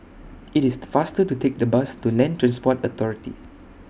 It's faster to Take The Bus to Land Transport Authority